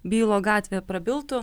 bylo gatvė prabiltų